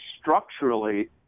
structurally